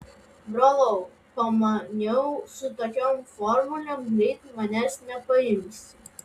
brolau pamaniau su tokiom formulėm greit manęs nepaimsi